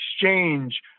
exchange